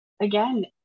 again